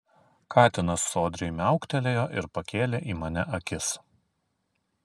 katinas sodriai miauktelėjo ir pakėlė į mane akis